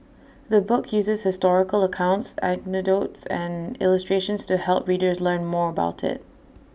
the book uses historical accounts anecdotes and illustrations to help readers learn more about IT